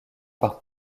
par